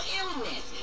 illness